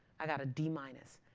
i got a d minus.